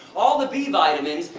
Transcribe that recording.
all the b-vitamins,